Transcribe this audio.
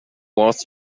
was